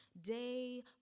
day